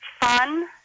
fun